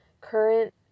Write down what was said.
current